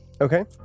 Okay